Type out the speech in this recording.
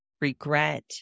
regret